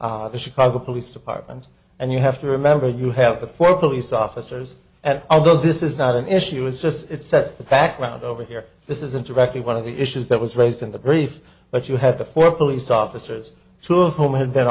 with the chicago police department and you have to remember you have the four police officers and although this is not an issue it's just it sets the background over here this is interactive one of the issues that was raised in the brief but you had the four police officers two of whom had been